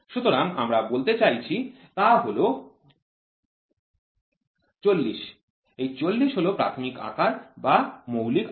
সুতরাং আমরা যা বলতে চাইছি তা হল ৪০ এই ৪০ হল প্রাথমিক আকার বা মৌলিক আকার